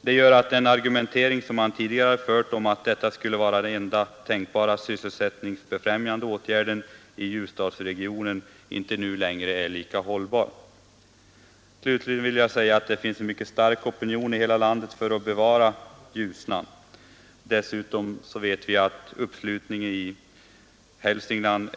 Detta gör att den argumentering som tidigare förts, att utbyggnaden skulle vara den enda tänkbara sysselsättningsfrämjande åtgärder i Ljusdalsregionen, nu inte längre är lika hållbar. Slutligen vill jag säga att det finns en mycket stark opinion i hela landet för att bevara Ljusnan. Vi vet också att uppslutningen i Hälsingland